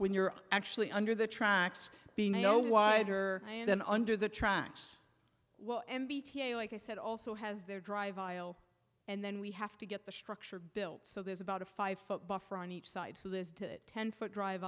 when you're actually under the tracks being a oh wider than under the tracks well m b t like i said also has their drive aisle and then we have to get the structure built so there's about a five foot buffer on each side so this to ten foot drive